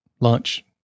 lunch